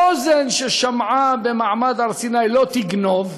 אוזן ששמעה במעמד הר סיני לא תגנוב,